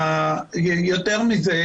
יותר מזה,